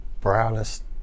brownest